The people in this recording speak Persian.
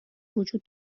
وجود